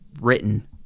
written